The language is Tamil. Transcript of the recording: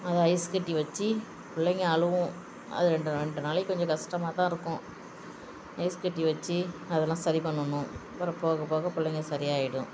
அதை ஐஸ் கட்டி வச்சு பிள்ளைங்க அழுவும் அது ரெண்டு ரெண்டு நாளைக்கு கொஞ்சம் கஷ்டமாகத்தான் இருக்கும் ஐஸ் கட்டி வச்சு அதெலாம் சரி பண்ணணும் அப்புறோம் போக போக பிள்ளைங்க சரியாகிடும்